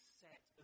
set